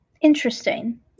interesting